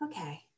okay